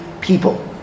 people